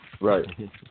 Right